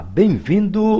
bem-vindo